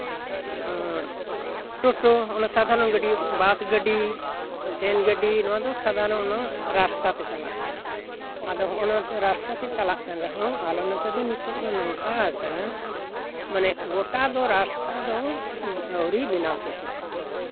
ᱴᱳᱴᱳ ᱥᱟᱫᱷᱟᱨᱚᱱ ᱜᱟᱹᱰᱤ ᱵᱟᱥ ᱜᱟᱹᱰᱤ ᱴᱨᱮᱱ ᱜᱟ ᱰᱤ ᱱᱚᱣᱟ ᱫᱚ ᱥᱟᱫᱷᱟᱨᱚᱱ ᱨᱟᱥᱛᱟ ᱛᱮ ᱪᱟᱞᱟᱜ ᱠᱟᱱᱟ ᱟᱫᱚ ᱚᱱᱟ ᱨᱟᱥᱛᱟ ᱛᱮ ᱪᱟᱞᱟᱜ ᱠᱟᱱ ᱨᱮᱦᱚᱸ ᱟᱞᱮ ᱱᱚᱛᱮ ᱫᱚ ᱱᱤᱛᱚᱜ ᱫᱚ ᱱᱚᱝᱠᱟ ᱟᱠᱟᱱᱟ ᱢᱟᱱᱮ ᱜᱚᱴᱟ ᱫᱚ ᱨᱟᱥᱛᱟ ᱫᱚ ᱟᱹᱣᱨᱤ ᱵᱮᱱᱟᱣ ᱥᱟᱹᱛᱟᱹᱜᱼᱟ